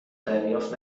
دریافت